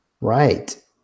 Right